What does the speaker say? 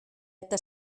eta